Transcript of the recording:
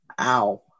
Ow